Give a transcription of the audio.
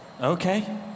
Okay